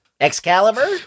Excalibur